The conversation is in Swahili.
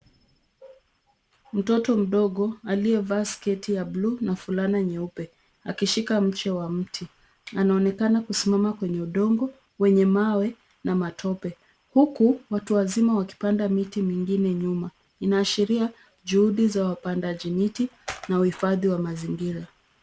Mtoto mdogo aliyevaa sketi ya bluu na fulana nyeupe akishika mche wa mti. Anaonekana kusimama kwenye udongo wenye mawe na matope huku watu wazima wakipanda miti mingine nyuma. Inaashiria juhudi za wapandaji miti na utunzaji wa mazingira.